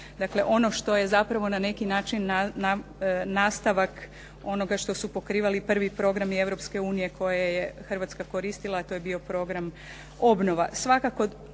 ono što je zapravo na neki način nastavak onoga što su pokrivali prvi programi Europske unije koje je Hrvatska koristila. To je bio program obnova.